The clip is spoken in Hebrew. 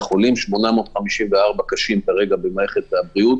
החולים 854 חולים קשה במערכת הבריאות.